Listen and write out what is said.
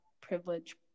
privilege